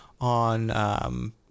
on